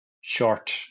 short